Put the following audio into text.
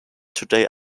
today